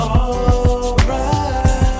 alright